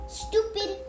stupid